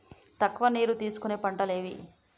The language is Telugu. తక్కువ నీరు తీసుకునే పంటలు ఏవి?